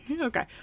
okay